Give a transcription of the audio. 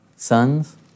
sons